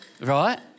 right